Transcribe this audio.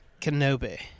Kenobi